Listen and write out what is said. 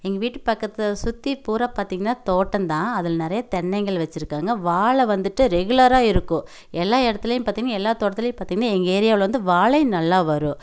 எங்கள் வீட்டு பக்கத்தில் சுற்றி பூரா பார்த்தீங்கன்னா தோட்டம் தான் அதில் நிறைய தென்னைங்கள் வச்சிருக்காங்க வாழை வந்துவிட்டு ரெகுலராக இருக்கும் எல்லாம் இடத்துளியும் பார்த்தீங்கன்னா எல்லாம் தோட்டத்துலியும் பார்த்தீங்கன்னா எங்கள் ஏரியாவில் வந்து வாழை நல்லா வரும்